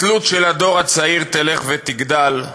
התלות של הדור הצעיר תלך ותגדל,